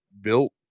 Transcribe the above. built